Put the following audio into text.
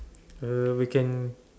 uh we can